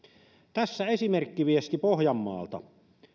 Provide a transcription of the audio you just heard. tässä esimerkkiviesti pohjanmaalta